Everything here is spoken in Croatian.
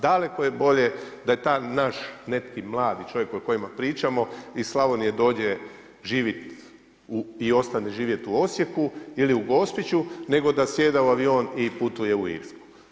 Daleko je bolje da je da je taj naš neki mladi čovjek o kojima pričamo, iz Slavnije dole, živi i ostane živjeti u Osijeku ili u Gospiću nego da sjeda u avion i putuje u Irsku.